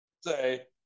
Say